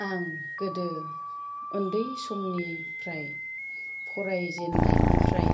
आं गोदो उन्दै समनिफ्राय फरायजेननायनिफ्राय